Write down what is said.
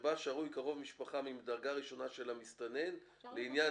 שבה שרוי קרוב משפחה מדרגה ראשונה של המסתנן לעניין